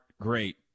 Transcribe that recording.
great